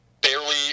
barely